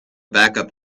backup